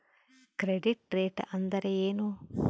Credit rate ಅಂದರೆ ಏನು?